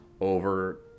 over